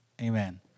amen